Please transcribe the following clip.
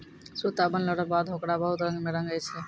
सूता बनलो रो बाद होकरा बहुत रंग मे रंगै छै